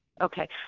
Okay